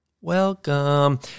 Welcome